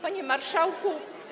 Panie Marszałku!